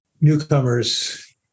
newcomers